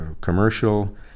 commercial